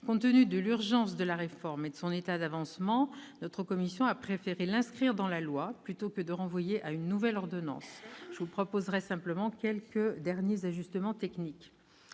Compte tenu de l'urgence de la réforme et de son état d'avancement, notre commission a préféré l'inscrire dans la loi plutôt que de renvoyer à une nouvelle ordonnance. Je vous proposerai simplement quelques derniers ajustements techniques.